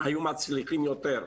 היו מצליחים יותר.